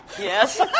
Yes